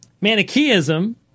Manichaeism